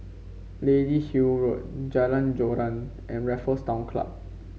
Lady Hill Road Jalan Joran and Raffles Town Club